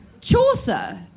Chaucer